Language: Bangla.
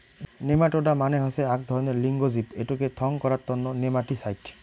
নেমাটোডা মানে হসে আক ধরণের লিঙ্গ জীব এটোকে থং করাং তন্ন নেমাটিসাইড